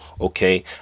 Okay